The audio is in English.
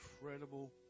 incredible